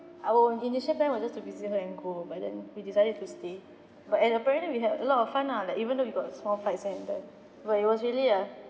our initial plan was just to visit her and go but then we decided to stay but and apparently we had a lot of fun lah like even though we got small fights and done but it was really a